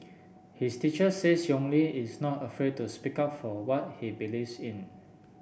his teacher says Yong Li is not afraid to speak up for what he believes in